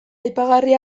aipagarri